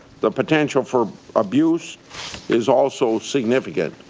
the potential for abuse is also significant.